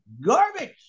garbage